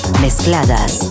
mezcladas